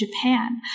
Japan